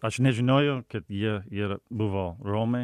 aš nežinojau kad jie ir buvo romai